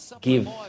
give